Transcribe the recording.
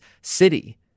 city